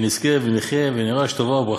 שנזכה ונחיה ונירש טובה וברכה.